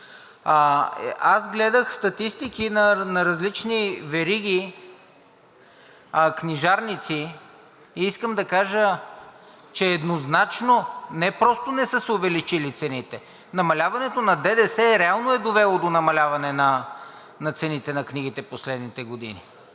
Аз гледах статистики на различни вериги книжарници и искам да кажа, че еднозначно не просто не са се увеличили цените, намаляването на ДДС реално е довело до намаляване на цените на книгите последните години.